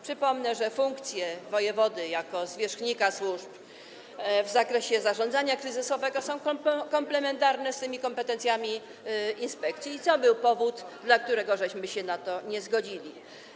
Przypomnę, że funkcje wojewody jako zwierzchnika służb w zakresie zarządzania kryzysowego są komplementarne z kompetencjami inspekcji, i to był powód, dla którego się na to nie zgodziliśmy.